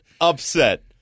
upset